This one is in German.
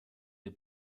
der